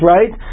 Right